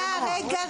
רגע,